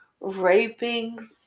raping